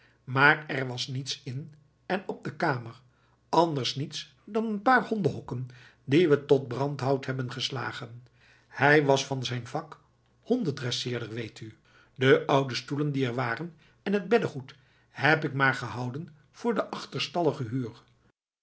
maar er was niets in en op de kamer anders niet dan een paar hondenhokken die we tot brandhout hebben geslagen hij was van zijn vak hondendresseerder weet u de oude stoelen die er waren en het beddegoed heb ik maar gehouden voor de achterstallige huur